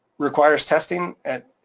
requires testing at